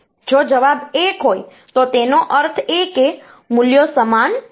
જો જવાબ 1 હોય તો તેનો અર્થ એ કે મૂલ્યો સમાન નથી